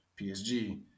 PSG